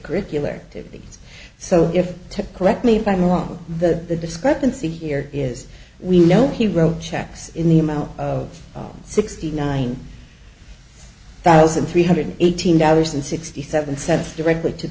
curricular activities so if to correct me if i'm wrong the discrepancy here is we know he wrote checks in the amount of sixty nine thousand three hundred eighteen dollars and sixty seven cents directly to